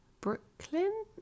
Brooklyn